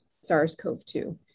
SARS-CoV-2